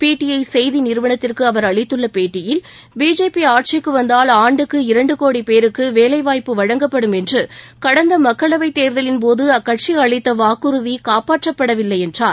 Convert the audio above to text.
PTI செய்தி நிறுவனத்திற்கு அவர் அளித்துள்ள பேட்டியில் பிஜேபி ஆட்சிக்கு வந்தால் ஆண்டுக்கு இரண்டு கோடிபேருக்கு வேலை வாய்ப்பு வழங்கப்படும் என்று கடந்த மக்களவைத் தேர்தலின் போது அக்கட்சி அளித்த வாக்குறுதி காப்பாற்றப்படவில்லை என்றார்